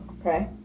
Okay